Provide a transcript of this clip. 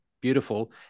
beautiful